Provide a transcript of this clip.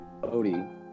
Odie